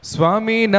Swami